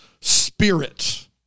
spirit